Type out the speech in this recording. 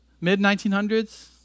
mid-1900s